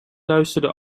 luisterde